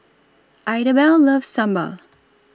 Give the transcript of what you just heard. Idabelle loves Sambal